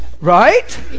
Right